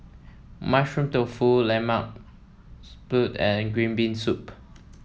Mushroom Tofu Lemak Siput and Green Bean Soup